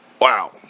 Wow